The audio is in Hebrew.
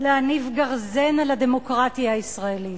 להניף גרזן על הדמוקרטיה הישראלית.